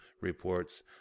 reports